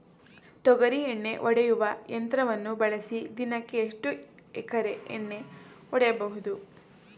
ತೊಗರಿ ಎಣ್ಣೆ ಹೊಡೆಯುವ ಯಂತ್ರವನ್ನು ಬಳಸಿ ದಿನಕ್ಕೆ ಎಷ್ಟು ಎಕರೆ ಎಣ್ಣೆ ಹೊಡೆಯಬಹುದು?